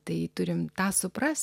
tai turim tą suprast